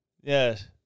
Yes